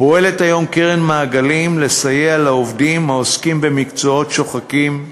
פועלת היום קרן "מעגלים" לסייע לעובדים העוסקים במקצועות שוחקים,